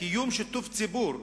קיום שיתוף ציבור,